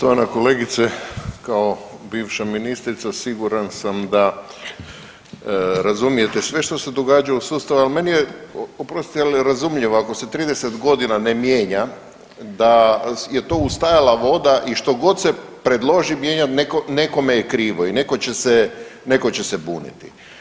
Poštovana kolegice, kao bivša ministrica siguran sam da razumijete sve što se događa u sustavu, al meni je oprostite ali razumljivo ako se 30.g. ne mijenja da je to ustajala voda i što god se predloži mijenjat nekome je krivo i neko će se, neko će se buniti.